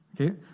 Okay